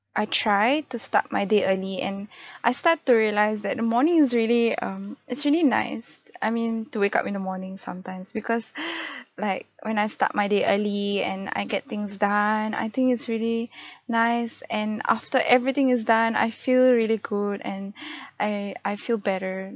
I try to start my day early and I start to realise that the morning is really um it's really nice to I mean to wake up in the morning sometimes because like when I start my day early and I get things done and I think it's really nice and after everything is done I feel really good and I I feel better